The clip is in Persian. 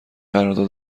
قرارداد